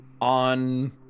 on